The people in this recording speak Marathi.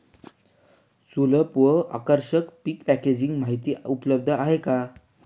सुलभ व आकर्षक पीक पॅकेजिंग माहिती उपलब्ध आहे का?